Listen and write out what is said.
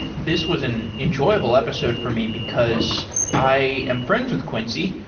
this was an enjoyable episode for me, because i am friends with quincy.